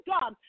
God